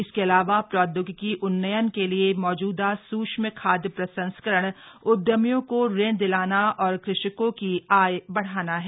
इसके अलावा प्रौद्योगिकी उन्नयन के लिए मौजूदा सूक्ष्म खाय प्रसंस्करण उद्यमियों को ऋण दिलाना और कृषकों की आय बढ़ाना है